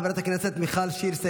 1.5 מיליון עבור משפט